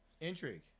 Intrigue